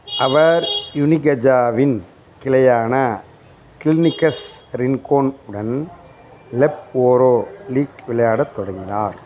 அவர் யுனிகஜாவின் கிளையான Clinicas Rincon உடன் லெப் ஓரோ லீக் விளையாடத் தொடங்கினார்